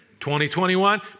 2021